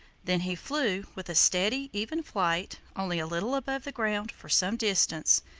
then he flew with a steady, even flight, only a little above the ground, for some distance,